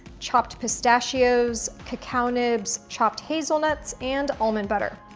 chopped pistachios, cacao nibs, chopped hazelnuts and almond butter.